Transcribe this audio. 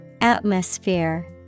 Atmosphere